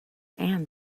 and